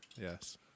Yes